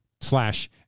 slash